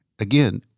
again